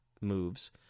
moves